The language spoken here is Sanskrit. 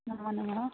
नमो नमः